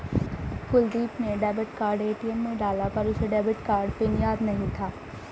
कुलदीप ने debit card ATM में डाला पर उसे डेबिट कार्ड पिन याद नहीं था